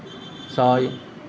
ছয়